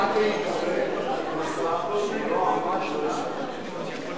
אני מוכן להתערב עם השר שהוא לא עמד שלוש שעות וחצי.